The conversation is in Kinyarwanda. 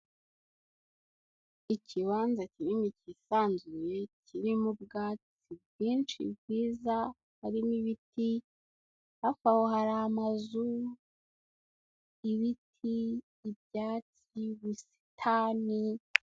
Ikibanza kinini cyisanzuye, kirimo ubwatsi bwinshi bwiza, harimo ibiti, hafi aho hari amazu, ibiti, byatsi, ubusitani.